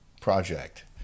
Project